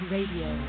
Radio